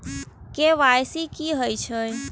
KYC की हे छे?